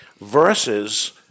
versus